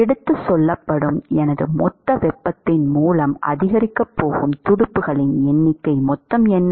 எடுத்துச் செல்லப்படும் எனது மொத்த வெப்பத்தின் மூலம் அதிகரிக்கப் போகும் துடுப்புகளின் மொத்த எண்ணிக்கை என்ன